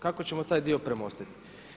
Kako ćemo taj dio premostiti.